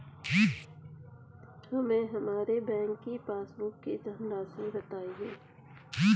हमें हमारे बैंक की पासबुक की धन राशि बताइए